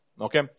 Okay